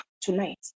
tonight